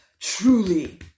Truly